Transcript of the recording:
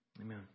Amen